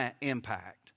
impact